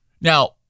Now